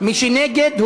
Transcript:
מי שנגד,